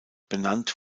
benannt